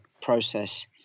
process